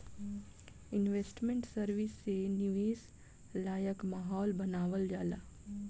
investment service से निवेश लायक माहौल बानावल जाला